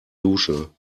dusche